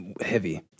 heavy